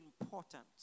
important